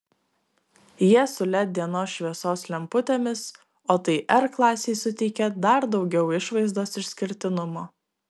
jie su led dienos šviesos lemputėmis o tai r klasei suteikia dar daugiau išvaizdos išskirtinumo